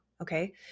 okay